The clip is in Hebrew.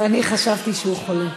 אני חשבתי שהוא חולה.